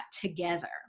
together